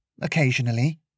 Occasionally